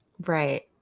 right